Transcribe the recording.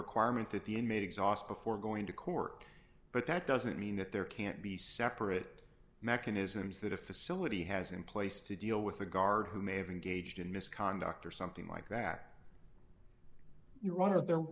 requirement that the inmate exhaust before going to court but that doesn't mean that there can't be separate mechanisms that a facility has in place to deal with a guard who may have engaged in misconduct or something like that your honor their